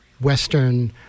Western